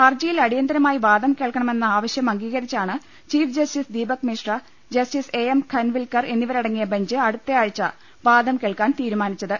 ഹർജിയിൽ അടിയന്തരമായി വാദം കേൾക്ക ണമെന്ന ആവശ്യം അംഗീകരിച്ചാണ് chief justice Deepak Misra justice A M Khanwilkar എന്നിവരടങ്ങിയ ബെഞ്ച് അടു ത്തആഴ്ച വാദം കേൾക്കാൻ തീരുമാനിച്ചത്